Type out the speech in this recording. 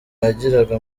yagiraga